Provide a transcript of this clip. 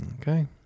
Okay